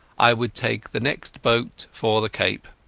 i would take the next boat for the cape.